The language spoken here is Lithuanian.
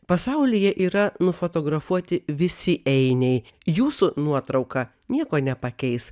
pasaulyje yra nufotografuoti visi einiai jūsų nuotrauka nieko nepakeis